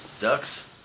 Ducks